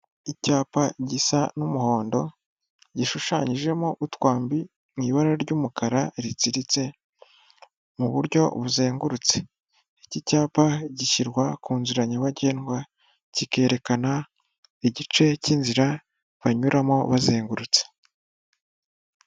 Icyapa gisa n'umuhondo gishushanyijemo utwambi mu ibara ry'umukara ritsiritse mu buryo buzengurutse, iki cyapa gishyirwa ku nzi nyabagendwa kikerekana igice cy'inzira banyuramo bazengurutse.